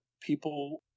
people